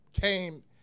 came